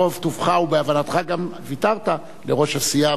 ברוב טובך ובהבנתך גם ויתרת ליושב-ראש הסיעה,